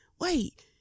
wait